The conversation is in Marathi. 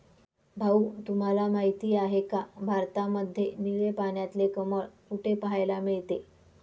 भाऊ तुम्हाला माहिती आहे का, भारतामध्ये निळे पाण्यातले कमळ कुठे पाहायला मिळते?